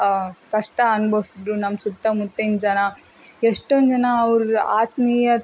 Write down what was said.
ಕಷ್ಟ ಅನ್ಭವ್ಸಿದ್ರು ನಮ್ಮ ಸುತ್ತಮುತ್ತಿನ ಜನ ಎಷ್ಟೊಂದು ಜನ ಅವ್ರ ಆತ್ಮೀಯ